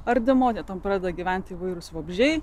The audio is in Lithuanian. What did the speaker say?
ardymo ten pradeda gyventi įvairūs vabzdžiai